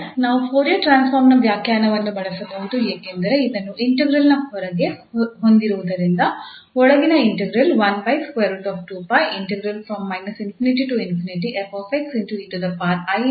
ನಾವು Fourier transform ನ ವ್ಯಾಖ್ಯಾನವನ್ನು ಬಳಸಬಹುದು ಏಕೆಂದರೆ ಇದನ್ನು ಇಂಟಿಗ್ರಾಲ್ ನ ಹೊರಗೆ ಹೊಂದಿರುವುದರಿಂದ ಒಳಗಿನ ಇಂಟಿಗ್ರಾಲ್ ನ ಮೇಲೆ ಇದೆ